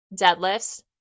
deadlifts